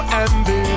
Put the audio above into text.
envy